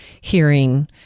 hearing